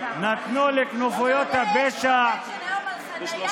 אתה יודע איפה יש פרוטקשן על חניה,